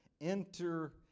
Enter